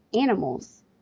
animals